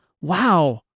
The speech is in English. wow